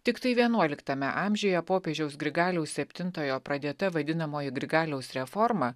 tiktai vienuoliktame amžiuje popiežiaus grigaliaus septintojo pradėta vadinamoji grigaliaus reforma